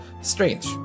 strange